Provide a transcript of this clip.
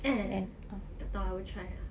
eh tak tahu I will try